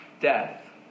death